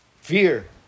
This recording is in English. Fear